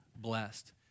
blessed